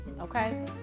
okay